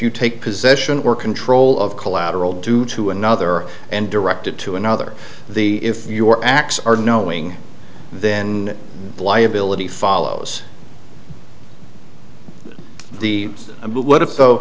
you take possession or control of collateral due to another and directed to another the if your acts are knowing then the liability follows the